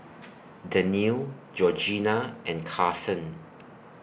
Dannielle Georgianna and Carson